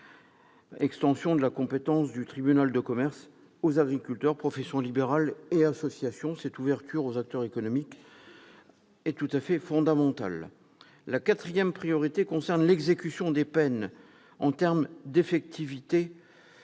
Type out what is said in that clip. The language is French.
extension de la compétence du tribunal de commerce aux agriculteurs, professions libérales et associations. Cette ouverture aux acteurs économiques est tout à fait fondamentale. La quatrième priorité concerne l'amélioration de l'effectivité